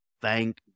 Thank